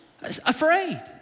afraid